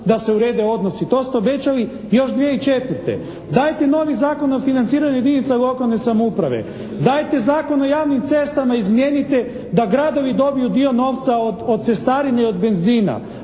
da se urede odnosi. To ste obećali još 2004. Dajte novi Zakon o financiranju jedinica lokalne samouprave. Dajte Zakon o javnim cestama izmijenite da gradovi dobiju dio novca od cestarine i od benzina.